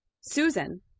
Susan